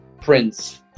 Prince